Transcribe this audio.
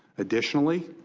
additionally,